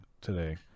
today